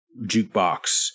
jukebox